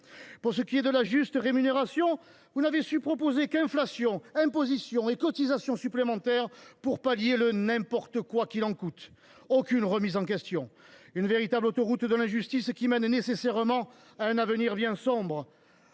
Pour ce qui est de la juste rémunération du travail, vous n’avez su proposer qu’inflation, impositions et cotisations supplémentaires, pour pallier le « n’importe quoi qu’il en coûte ». Aucune remise en question, et une véritable autoroute de l’injustice qui mène nécessairement à un avenir bien sombre.